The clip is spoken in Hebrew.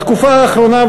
בתקופה האחרונה,